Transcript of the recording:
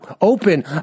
open